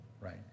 right